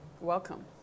Welcome